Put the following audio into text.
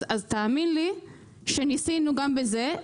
אז תאמין לי שניסינו גם בזה.